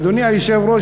אדוני היושב-ראש,